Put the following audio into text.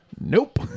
Nope